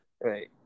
Right